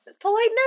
politeness